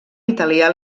italià